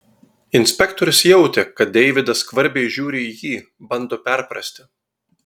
inspektorius jautė kad deividas skvarbiai žiūri į jį bando perprasti